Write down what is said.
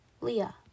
Leah